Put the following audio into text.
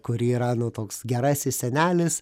kuri yra nu toks gerasis senelis